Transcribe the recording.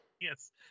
Yes